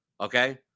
okay